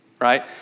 right